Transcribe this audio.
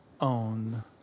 own